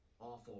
Awful